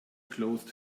closed